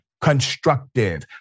constructive